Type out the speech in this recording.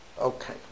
Okay